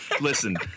Listen